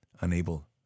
unable